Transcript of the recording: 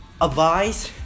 advice